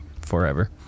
forever